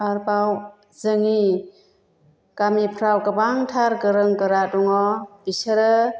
आरबाव जोंनि गामिफ्राव गोबांथार गोरों गोरा दङ बिसोरो